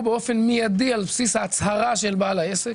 באופן מיידי על בסיס ההצהרה של בעל העסק,